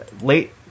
late